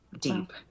deep